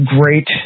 great